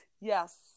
Yes